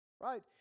right